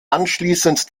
anschließend